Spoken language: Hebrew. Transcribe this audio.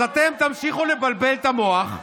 אז אתם תמשיכו לבלבל את המוח,